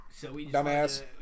Dumbass